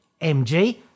MG